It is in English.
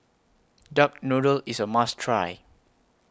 Duck Noodle IS A must Try